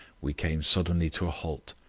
we came suddenly to a halt,